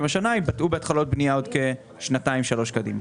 השנה התבטאו בהתחלות בנייה בעוד כשנתיים-שלוש קדימה.